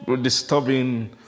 disturbing